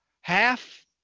half